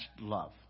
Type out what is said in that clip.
love